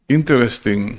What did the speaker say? Interesting